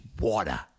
water